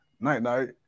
Night-night